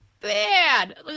bad